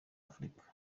afurika